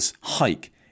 hike